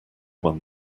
one